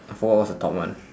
I forgot what's the top one